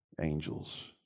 angels